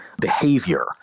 behavior